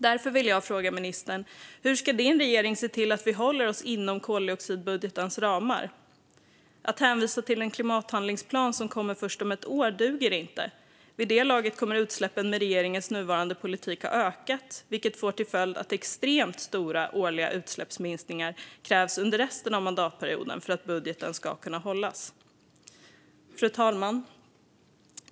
Därför vill jag fråga ministern: Hur ska regeringen se till att vi håller oss inom koldioxidbudgetens ramar? Att hänvisa till en klimathandlingsplan som kommer först om ett år duger inte. Med regeringens nuvarande politik kommer utsläppen vid det laget att ha ökat, vilket får till följd att extremt stora årliga utsläppsminskningar krävs under resten av mandatperioden för att budgeten ska kunna hållas. Fru talman!